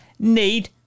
need